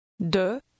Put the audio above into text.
De